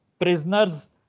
prisoners